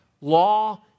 law